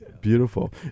Beautiful